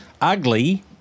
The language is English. ugly